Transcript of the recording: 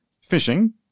fishing